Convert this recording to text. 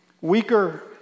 Weaker